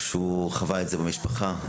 הוא חווה זאת במשפחה.